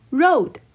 road